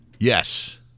Yes